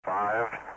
Five